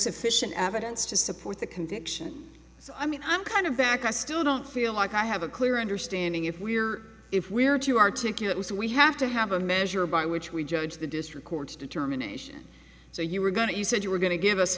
sufficient evidence to support the conviction so i mean i'm kind of back i still don't feel like i have a clear understanding if we are if we are to articulate was we have to have a measure by which we judge the district courts determination so you were going to you said you were going to give us